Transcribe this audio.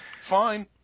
fine